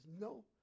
no